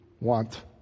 want